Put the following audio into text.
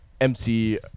MC